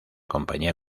compañía